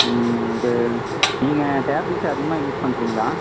இது நீங்கள் டேப்லெட்டு அதிகமாக யூஸ் பண்ணுறீங்களா